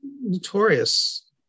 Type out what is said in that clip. notorious